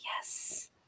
yes